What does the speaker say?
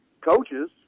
coaches